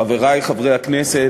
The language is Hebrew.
חברי חברי הכנסת,